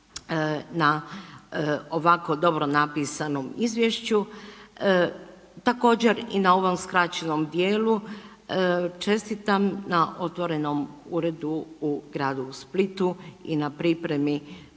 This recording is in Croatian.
na ovako dobro napisanom izvješću. Također, i na ovom skraćenom dijelu, čestitam na otvorenom uredu u gradu Splitu i na pripremi